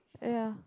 ya